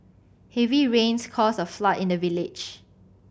heavy rains caused a flood in the village